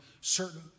certain